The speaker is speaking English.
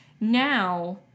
Now